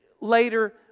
later